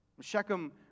Shechem